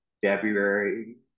february